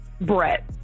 Brett